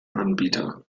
anbieter